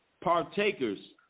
partakers